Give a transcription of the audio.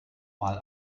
mal